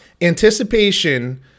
Anticipation